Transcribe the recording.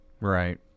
Right